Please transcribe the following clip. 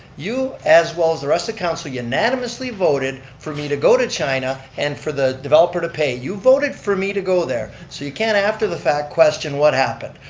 you as well as the rest of the council unanimously voted for me to go to china and for the developer to pay, you voted for me to go there, so you can't after the fact question what happened.